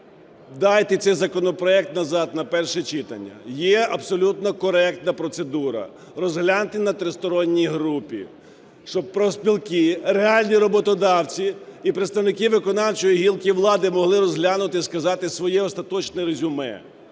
Дайте цей законопроект назад на перше читання. Є абсолютно коректна процедура, розгляньте на тристоронній групі, щоб профспілки, реальні роботодавці і представники виконавчої гілки влади могли розглянути і сказати своє остаточне резюме.